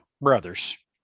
brothers